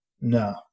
no